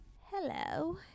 Hello